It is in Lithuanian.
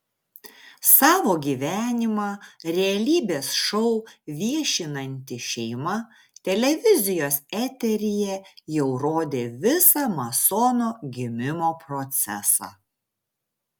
savo gyvenimą realybės šou viešinanti šeima televizijos eteryje jau rodė visą masono gimimo procesą